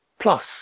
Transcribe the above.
Plus